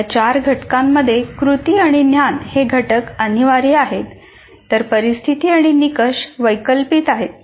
या चार घटकांमध्ये कृती आणि ज्ञान हे घटक अनिवार्य आहेत तर परिस्थिती आणि निकष वैकल्पिक आहेत